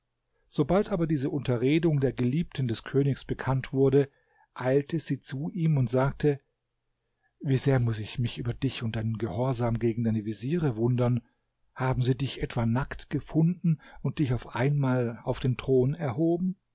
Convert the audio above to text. sobald aber diese unterredung der geliebten des königs bekannt wurde eilte sie zu ihm und sagte wie sehr muß ich mich über dich und über deinen gehorsam gegen deine veziere wundern haben sie dich etwa nackt gefunden und dich auf einmal auf den thron erhoben